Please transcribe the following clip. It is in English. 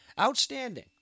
Outstanding